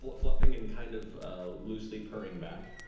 sort of fluffing and kind of ah loosely purring back.